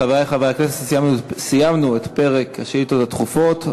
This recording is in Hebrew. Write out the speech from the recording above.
חברי חברי הכנסת, סיימנו את פרק השאילתות הדחופות.